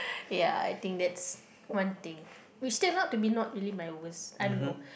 ya I think that's one thing which turn out to be not really my worst I don't know